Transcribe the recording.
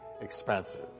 expensive